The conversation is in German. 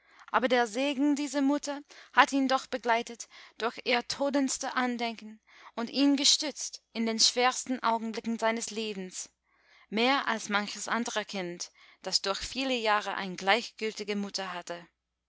aber der segen dieser mutter hat ihn doch begleitet durch ihr todernstes andenken und ihn gestützt in den schwersten augenblicken seines lebens mehr als manches andre kind das durch viele jahre eine gleichgültige mutter hatte